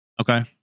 Okay